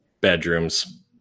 bedrooms